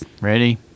Ready